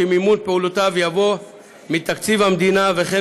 שמימון פעולותיו יבוא מתקציב המדינה וכן